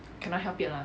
cannot help it lah